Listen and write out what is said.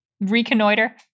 reconnoiter